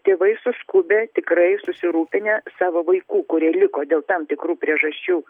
tėvai suskubę tikrai susirūpinę savo vaikų kurie liko dėl tam tikrų priežasčių